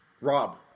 Rob